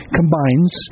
combines